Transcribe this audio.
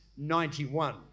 91